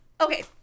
Okay